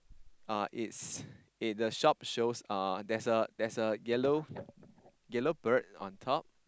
uh it's the shop shows uh there's a there's a yellow bird on top